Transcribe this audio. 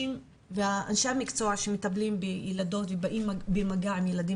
אנשי המקצוע שמטפלים בילדות ובאים במגע עם ילדים